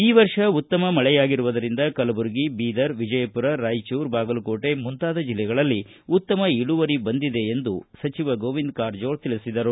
ಈ ವರ್ಷ ಉತ್ತಮ ಮಳೆಯಾಗಿರುವುದರಿಂದ ಕಲಬುರಗಿ ಬೀದರ ವಿಜಯಪುರ ರಾಯಚೂರು ಬಾಗಲಕೋಟಿ ಮುಂತಾದ ಜಿಲ್ಲೆಗಳಲ್ಲಿ ಉತ್ತಮ ಇಳುವರಿ ಬಂದಿದೆ ಎಂದು ಸಚಿವ ಗೋವಿಂದ ಕಾರಜೋಳ ಹೇಳಿದರು